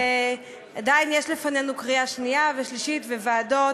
עדיין יש לפנינו קריאה שנייה ושלישית וועדות.